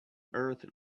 earth